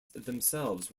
themselves